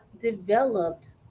developed